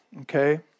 Okay